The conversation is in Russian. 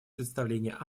предоставления